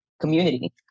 community